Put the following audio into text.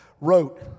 wrote